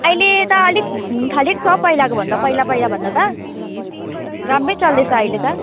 अहिले त अलिक हुनु थालेको छ पहिलाको भन्दा पहिला पहिलाभन्दा त राम्रै चल्दैछ अहिले त